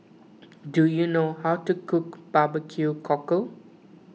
do you know how to cook Barbecue Cockle